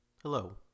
Hello